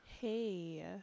Hey